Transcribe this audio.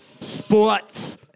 Sports